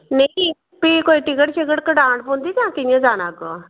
नेईं फ्ही कोई टिकट शिकट कटान पौंदी जां कि'यां जाना अग्गै